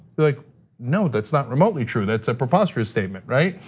like no, that's not remotely true. that's a preposterous statement, right?